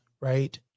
right